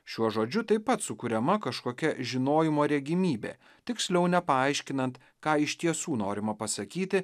šiuo žodžiu taip pat sukuriama kažkokia žinojimo regimybė tiksliau nepaaiškinant ką iš tiesų norima pasakyti